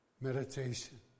Meditation